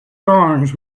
songs